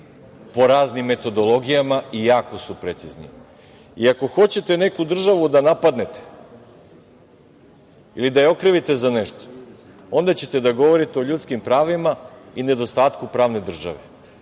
po raznim metodologijama i jako su precizni. I ako hoćete neku državu da napadnete ili da je okrivite za nešto, onda ćete da govorite o ljudskim pravima i nedostatku pravne države,